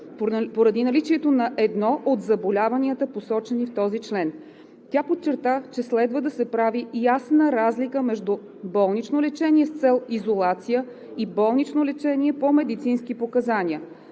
поради наличието на едно от заболяванията, посочени в този член. Тя подчерта, че следва да се прави ясна разлика между болнично лечение с цел изолация и болнично лечение по медицински показания.